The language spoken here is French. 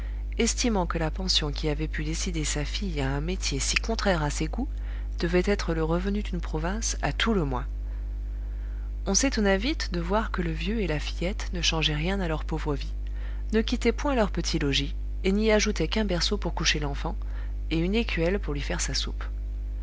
estimant que la pension qui avait pu décider sa fille à un métier si contraire à ses goûts devait être le revenu d'une province à tout le moins on s'étonna vite de voir que le vieux et la fillette ne changeaient rien à leur pauvre vie ne quittaient point leur petit logis et n'y ajoutaient qu'un berceau pour coucher l'enfant et une écuelle pour lui faire sa soupe